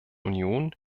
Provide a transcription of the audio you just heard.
union